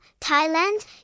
Thailand